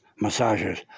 massages